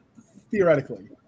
theoretically